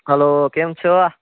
હાલો કેમ છો